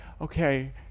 okay